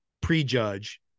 prejudge